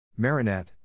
Marinette